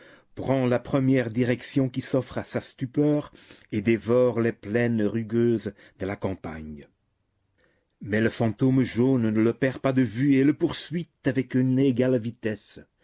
prend la première direction qui s'offre à sa stupeur et dévore les plaines rugueuses de la campagne mais le fantôme jaune ne le perd pas de vue et le poursuit avec une égale vitesse